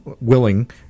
willing